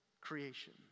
creation